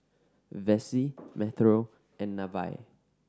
Vessie Metro and Nevaeh